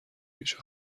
پیچ